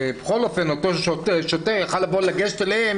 בכל אופן אותו שוטר יכול היה לגשת אליהם